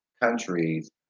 countries